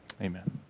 Amen